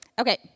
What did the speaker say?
Okay